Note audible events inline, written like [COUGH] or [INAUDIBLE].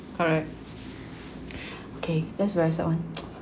correct okay that's very sad one [NOISE]